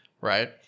right